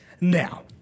now